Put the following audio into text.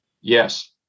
Yes